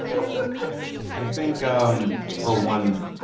and i think, um for one,